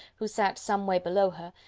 who sat some way below her,